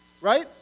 right